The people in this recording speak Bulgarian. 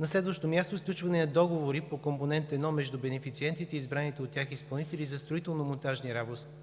На следващо място, сключване на договори по Компонент 1 между бенефициентите и избраните от тях изпълнители за строително-монтажни